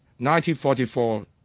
1944